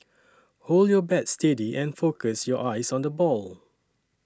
hold your bat steady and focus your eyes on the ball